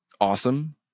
awesome